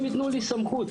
אם יתנו לי סמכות,